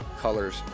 colors